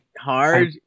hard